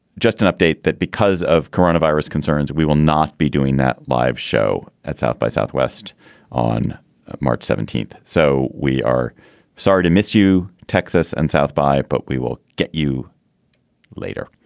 just an update that because of coronavirus concerns, we will not be doing that live show at south by southwest on march seventeenth. so we are sorry to miss you. texas and south sbi, but we will get you later.